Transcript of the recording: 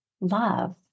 love